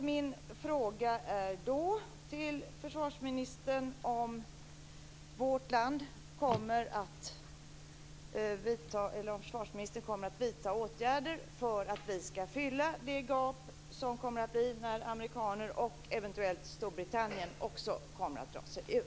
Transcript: Min fråga är då om försvarsministern kommer att vidta åtgärder för att vi ska fylla det gap som kommer att bli när USA och eventuellt också Storbritannien kommer att dra sig ur.